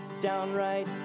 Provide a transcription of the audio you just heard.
downright